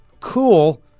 cool